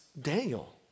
Daniel